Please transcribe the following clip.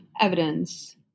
evidence